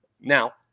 Now